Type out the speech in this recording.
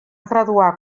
graduar